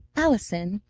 allison,